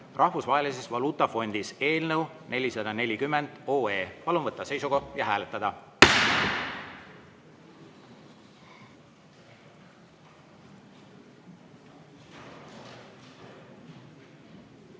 Rahvusvahelises Valuutafondis" eelnõu 440. Palun võtta seisukoht ja hääletada!